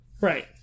right